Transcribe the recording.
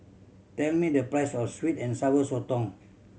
tell me the price of sweet and Sour Sotong